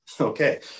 Okay